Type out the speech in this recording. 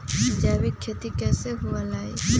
जैविक खेती कैसे हुआ लाई?